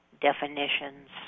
definitions